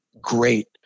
great